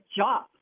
job